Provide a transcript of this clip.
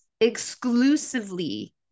exclusively